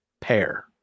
pair